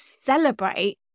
celebrate